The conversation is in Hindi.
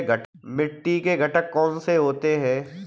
मिट्टी के घटक कौन से होते हैं?